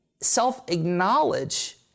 self-acknowledge